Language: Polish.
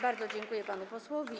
Bardzo dziękuję panu posłowi.